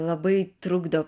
labai trukdo